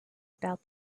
about